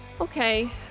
okay